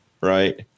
right